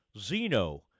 Zeno